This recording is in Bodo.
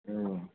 औ